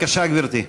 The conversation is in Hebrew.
בבקשה, גברתי.